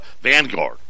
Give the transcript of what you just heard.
Vanguard